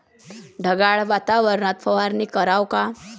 ढगाळ वातावरनात फवारनी कराव का?